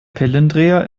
pillendreher